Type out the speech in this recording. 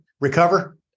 recover